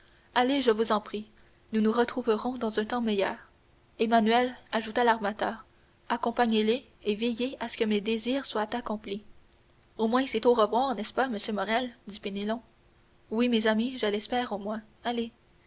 allez je vous en prie nous nous retrouverons dans un temps meilleur emmanuel ajouta l'armateur accompagnez les et veillez à ce que mes désirs soient accomplis au moins c'est au revoir n'est-ce pas monsieur morrel dit penelon oui mes amis je l'espère au moins allez